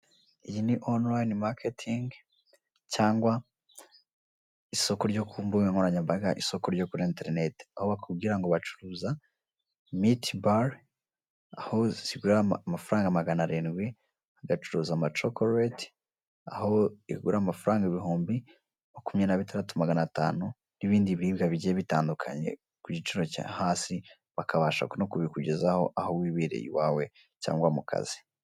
Iyi ni onurayini maketingi cyangwa isoko ryo ku mbuga nkoranyambaga/isoko ryo kuri interineti. Aho bakubwira ngo bacuruza miti bare aho zigura amafaranga magana arindwi, bagacuruza ama cokoreti aho igura amafaranga ibihumbi makumyabiri na bitandatu magana atanu, n'ibindi biribwa bigiye bitandukanye kugiciro cyo hasi bakabasha no kubikugezaho aho wibereye iwawe cyangwa mukazi.